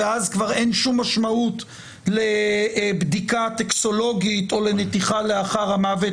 ואז כבר אין שום משמעות לבדיקה טוקסיקולוגית או לנתיחה לאחר המוות,